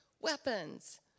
weapons